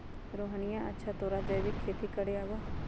रोहिणीया, अच्छा तोरा जैविक खेती करे आवा हाउ?